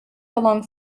along